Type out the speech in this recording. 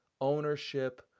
ownership